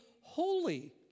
holy